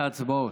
באמצע הצבעות.